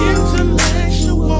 Intellectual